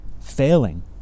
failing